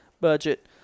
budget